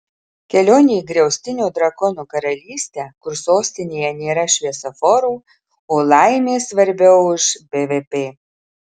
kelionė į griaustinio drakono karalystę kur sostinėje nėra šviesoforų o laimė svarbiau už bvp